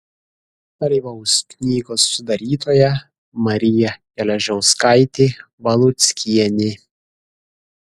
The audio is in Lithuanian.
dalyvaus knygos sudarytoja marija geležauskaitė valuckienė